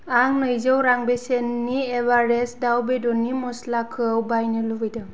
आं नैजौ रां बेसेननि एवारेस्ट दाउ बेदरनि मस्लाखौ बायनो लुबैदों